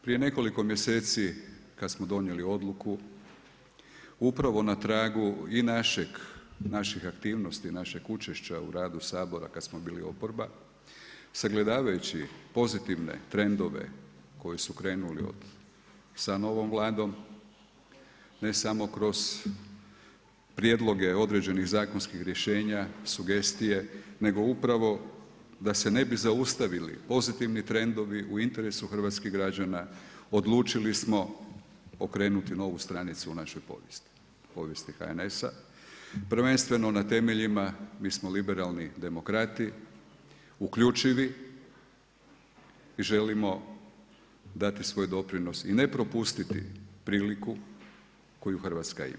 Prije nekoliko mjeseci kad smo donijeli odluku upravo na tragu i naših aktivnosti, našeg učešća u radu Sabora kad smo bili oporba sagledavajući pozitivne trendove koji su krenuli sa novom Vladom ne samo kroz prijedloge određenih zakonskih rješenja, sugestije nego upravo da se ne bi zaustavili pozitivni trendovi u interesu hrvatskih građana odlučili smo okrenuti novu stranicu u našoj povijesti, povijesti HNS-a prvenstveno na temeljima mi smo liberalni demokrati uključivi i želimo dati svoj doprinos i ne propustiti priliku koju Hrvatska ima.